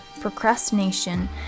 procrastination